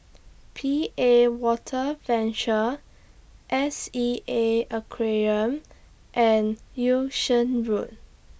P A Water Venture S E A Aquarium and Yung Sheng Road